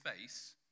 face